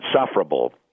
insufferable